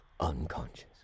unconscious